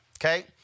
okay